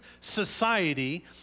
society